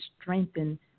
strengthen